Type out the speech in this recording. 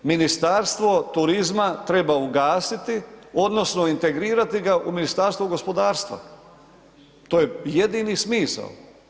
Ministarstvo turizma treba ugasiti odnosno integrirati ga u Ministarstvo gospodarstva, to je jedini smisao.